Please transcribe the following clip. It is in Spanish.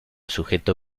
sujeto